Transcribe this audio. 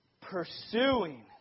Pursuing